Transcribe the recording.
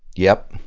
yep.